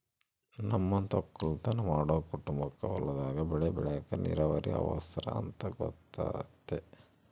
ನಮ್ಮಂತ ವಕ್ಕಲುತನ ಮಾಡೊ ಕುಟುಂಬಕ್ಕ ಹೊಲದಾಗ ಬೆಳೆ ಬೆಳೆಕ ನೀರಾವರಿ ಅವರ್ಸ ಅಂತ ಗೊತತೆ